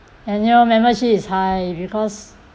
annual membership is high because